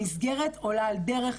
המסגרת עולה על דרך,